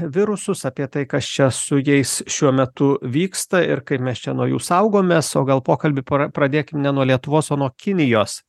virusus apie tai kas čia su jais šiuo metu vyksta ir kaip mes čia nuo jų saugomės o gal pokalbį pra pradėkime ne nuo lietuvos o nuo kinijos